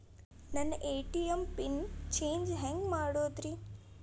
ನನ್ನ ATM pin change ಹೆಂಗ್ ಮಾಡೋದ್ರಿ?